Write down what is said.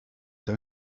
they